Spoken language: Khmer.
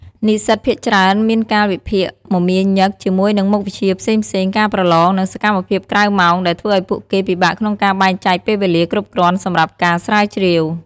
និស្សិតភាគច្រើនមានកាលវិភាគមមាញឹកជាមួយនឹងមុខវិជ្ជាផ្សេងៗ ការប្រឡង និងសកម្មភាពក្រៅម៉ោង ដែលធ្វើឱ្យពួកគេពិបាកក្នុងការបែងចែកពេលវេលាគ្រប់គ្រាន់សម្រាប់ការស្រាវជ្រាវ។